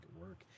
work